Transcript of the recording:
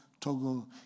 Togo